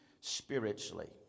spiritually